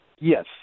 yes